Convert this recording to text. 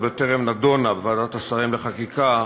עוד בטרם נדונה בוועדת שרים לחקיקה,